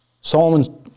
Solomon